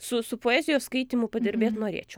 su su poezijos skaitymu padirbėt norėčiau